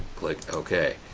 click ok.